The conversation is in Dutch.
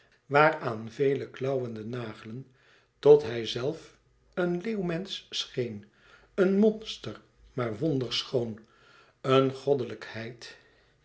waaraan vele klauwende nagelen tot hij zelf een leeuwmensch scheen een monster maar wonderschoon een goddelijkheid